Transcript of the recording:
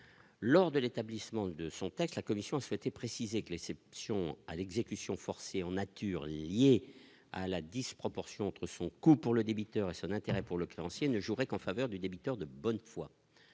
lors de l'établissement de son texte, la commission a souhaité préciser que les séparations à l'exécution forcée en nature liés à la disproportion entre son coût pour le débiteur et son intérêt pour le créancier ne jouerait qu'en faveur du débiteur de bonne foi,